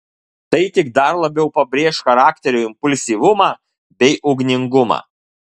tai tik dar labiau pabrėš charakterio impulsyvumą bei ugningumą